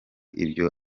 ibyo